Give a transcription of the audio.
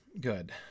good